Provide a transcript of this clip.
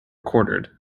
quartered